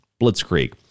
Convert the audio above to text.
blitzkrieg